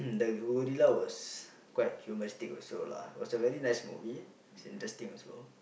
the gorilla was quite humoristic also lah it was a very nice movie it's interesting also